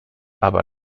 aber